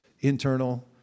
internal